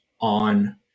on